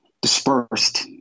dispersed